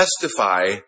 testify